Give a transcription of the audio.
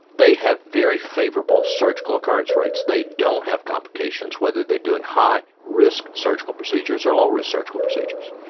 they have very favourable surgical occurrence rates. they don't have complications, whether they are doing high risk surgical procedures or low risk surgical procedures.